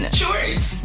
shorts